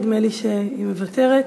נדמה לי שהיא מוותרת.